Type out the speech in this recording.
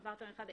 עברת מאחד לאחד,